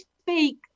speak